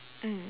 mm